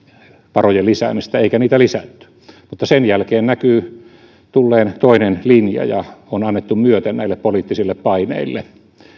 varojen lisäämistä eikä niitä lisätty mutta sen jälkeen näkyy tulleen toinen linja ja on annettu myötä näille poliittisille paineille